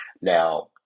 Now